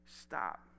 Stop